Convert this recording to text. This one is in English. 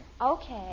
Okay